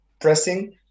pressing